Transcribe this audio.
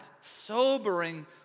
sobering